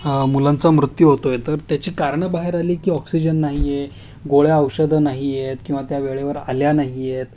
मु मुलांचा मृत्यू होत आहे तर त्याची कारणं बाहेर आली की ऑक्सिजन नाही आहे गोळ्या औषधं नाही आहेत किंवा त्या वेळेवर आल्या नाही आहेत